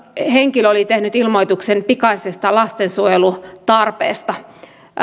henkilö oli tehnyt ilmoituksen pikaisesta lastensuojelutarpeesta